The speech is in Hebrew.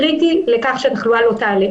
קריטי לכך שהתחלואה לא תעלה.